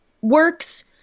works